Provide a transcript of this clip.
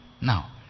now